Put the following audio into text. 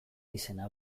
izena